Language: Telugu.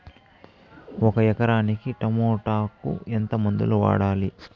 ఒక ఎకరాకి టమోటా కు ఎంత మందులు వాడాలి?